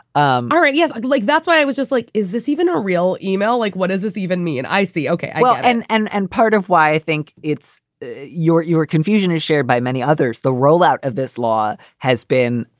um all right. yes. like that's why i was just like. is this even a real email? like, what does this even mean? and i see. okay. yeah and and and part of why i think it's your your confusion is shared by many others. the rollout of this law has been,